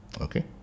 okay